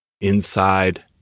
inside